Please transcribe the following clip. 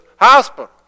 hospital